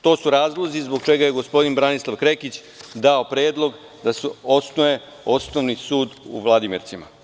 To su razlozi zbog čega je gospodin Branislav Krekić dao predlog da se osnuje osnovni sud u Vladimircima.